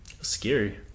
scary